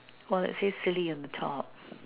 well it says silly on the top